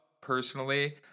personally